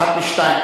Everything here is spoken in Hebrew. אחת משתיים,